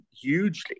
hugely